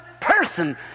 person